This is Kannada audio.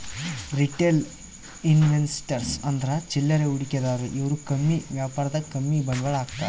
ರಿಟೇಲ್ ಇನ್ವೆಸ್ಟರ್ಸ್ ಅಂದ್ರ ಚಿಲ್ಲರೆ ಹೂಡಿಕೆದಾರು ಇವ್ರು ಕಮ್ಮಿ ವ್ಯಾಪಾರದಾಗ್ ಕಮ್ಮಿ ಬಂಡವಾಳ್ ಹಾಕ್ತಾರ್